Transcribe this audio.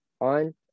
on